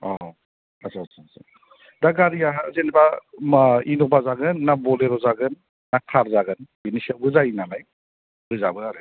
औ आदसा आदसा दा गारिया जेनोबा इन'बा जागोन ना बलेर' जागोन ना कार जागोन बिनि सायावबो जायोनालाय रोजाबो आरो